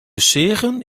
seagen